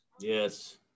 Yes